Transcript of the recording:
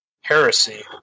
heresy